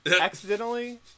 accidentally